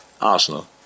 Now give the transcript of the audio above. Arsenal